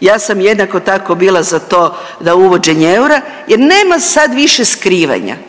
ja sam jednako tako, bila za to da uvođenje eura jer nema sad više skrivanja.